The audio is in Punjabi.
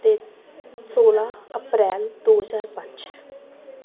ਅਤੇ ਸੋਲ੍ਹਾਂ ਅਪ੍ਰੈਲ ਦੋ ਹਜ਼ਾਰ ਪੰਜ